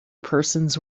persons